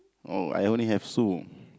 oh I only have so